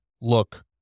look